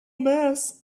mass